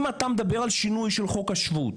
אם אתה מדבר על שינוי של חוק השבות,